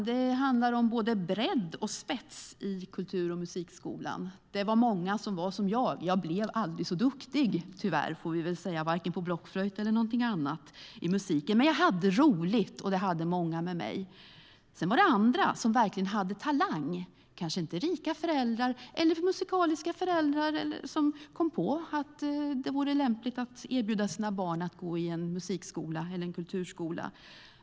Det handlar om både bredd och spets i kultur och musikskolan. Det var många som var som jag; jag blev tyvärr aldrig så duktig på vare sig blockflöjt eller någonting annat i musiken. Men jag hade roligt, och det hade många med mig. Sedan fanns det andra som verkligen hade talang, men kanske inte hade rika föräldrar. Vissa hade kanske musikaliska föräldrar som kom på att det vore lämpligt att erbjuda sina barn att gå i en musik eller kulturskola.